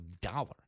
dollar